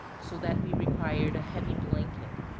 so that we required a heavy blanket.